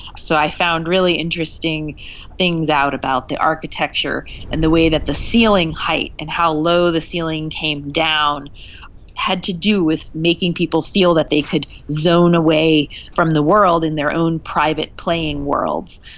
so i found really interesting things out about the architecture and the way that the ceiling height and how low the ceiling came down had to do with making people feel that they had zoned away from the world in their own private playing worlds.